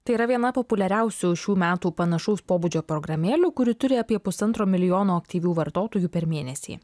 tai yra viena populiariausių šių metų panašaus pobūdžio programėlių kuri turi apie pusantro milijono aktyvių vartotojų per mėnesį